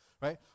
Right